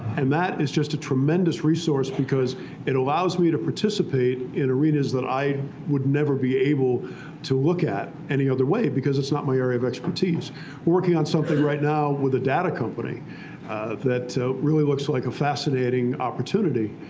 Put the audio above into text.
and that is just a tremendous resource, because it allows me to participate in arenas that i would never be able to look at any other way, because it's not my area of expertise. i'm working on something right now with a data company that really looks like a fascinating opportunity.